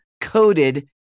coated